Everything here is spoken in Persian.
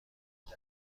آمد